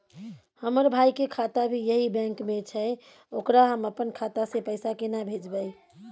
हमर भाई के खाता भी यही बैंक में छै ओकरा हम अपन खाता से पैसा केना भेजबै?